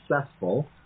successful